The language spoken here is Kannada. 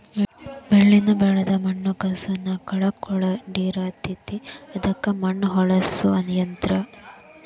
ಬೆಳಿನ ಬೆಳದ ಮಣ್ಣ ಕಸುವ ಕಳಕೊಳಡಿರತತಿ ಅದಕ್ಕ ಮಣ್ಣ ಹೊಳ್ಳಸು ಯಂತ್ರ